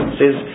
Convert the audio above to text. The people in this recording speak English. says